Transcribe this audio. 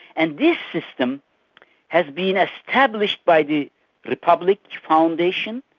and this system has been ah established by the republic's foundation,